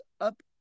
up